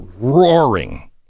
roaring